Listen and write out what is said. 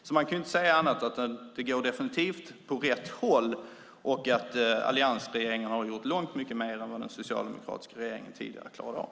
Man kan alltså inte säga annat än att det definitivt går åt rätt håll och att alliansregeringen har gjort långt mycket mer än vad den socialdemokratiska regeringen tidigare klarade av.